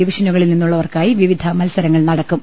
ഡിവിഷനുകളിൽ നിന്നുള്ളവർക്കായി വിവിധ മത്സരങ്ങൾ നടക്കും